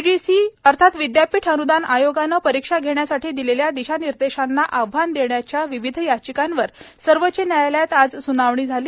UGC अर्थात विद्यापीठ अन्दान आयोगानं परीक्षा घेण्यासाठी दिलेल्या दिशानिर्देशांना आव्हान देण्याच्या विविध याचिकांवर सर्वोच्च न्यायालयात आज स्नावणी झाली